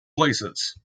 places